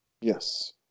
Yes